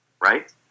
Right